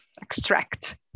extract